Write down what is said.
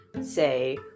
say